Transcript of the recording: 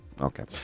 Okay